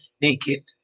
naked